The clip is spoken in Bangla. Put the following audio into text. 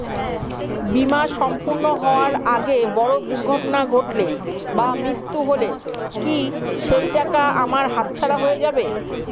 বীমা সম্পূর্ণ হওয়ার আগে বড় দুর্ঘটনা ঘটলে বা মৃত্যু হলে কি সেইটাকা আমার হাতছাড়া হয়ে যাবে?